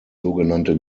sogenannte